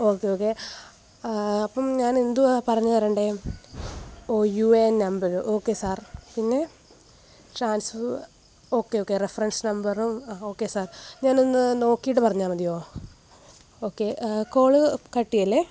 okay okay അപ്പോള് ഞാനെന്തുവാണ് പറഞ്ഞുതരണ്ടെ O U A number okay sir പിന്നെ ഓക്കെ ഓക്കെ റഫറൻസ് നമ്പറും അ ഓക്കെ സാർ ഞാൻ ഒന്ന് നോക്കിയിട്ട് പറഞ്ഞാല് മതിയോ ഒക്കെ കോള് കട്ടെയ്യല്ലെ